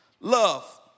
Love